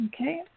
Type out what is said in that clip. Okay